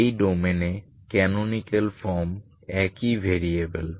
এই ডোমেনে canonical form একই ভেরিয়েবল